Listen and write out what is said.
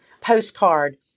postcard